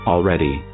Already